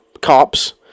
cops